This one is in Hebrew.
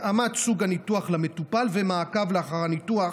התאמת סוג הניתוח למטופל ומעקב לאחר הניתוח,